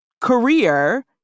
career